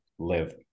Live